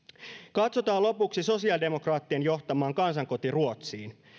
katsotaan lopuksi sosiaalidemokraattien johtamaan kansankoti ruotsiin